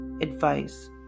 advice